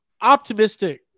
optimistic